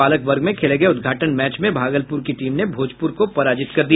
बालक वर्ग में खेले गये उदघाटन मैच में भागलपूर की टीम ने भोजपूर को पराजित कर दिया